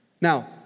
Now